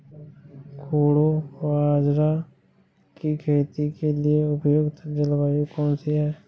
कोडो बाजरा की खेती के लिए उपयुक्त जलवायु कौन सी है?